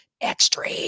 extra